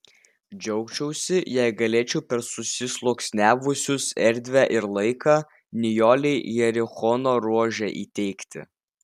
džiaugčiausi jei galėčiau per susisluoksniavusius erdvę ir laiką nijolei jerichono rožę įteikti